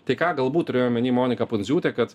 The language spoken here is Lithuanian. tai ką galbūt turėjo omeny monika pundziūtė kad